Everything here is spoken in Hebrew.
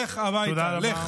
לך הביתה.